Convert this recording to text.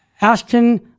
Ashton